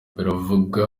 bivugwa